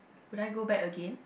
would I go back again